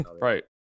right